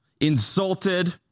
insulted